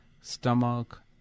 stomach